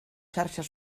xarxes